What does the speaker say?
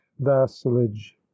vassalage